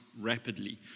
rapidly